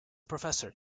professor